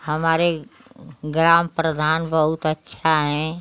हमारे ग्राम प्रधान बहुत अच्छा हैं